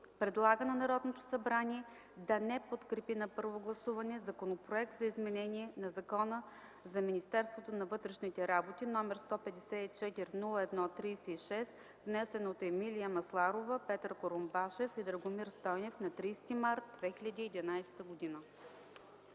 Предлага на Народното събрание да не подкрепи на първо гласуване Законопроект за изменение на Закона за Министерството на вътрешните работи, № 154-01-36, внесен от Емилия Радкова Масларова, Петър Атанасов Курумбашев и Драгомир Велков Стойнев на 30.03.2011 г.”.